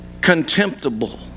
contemptible